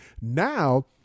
Now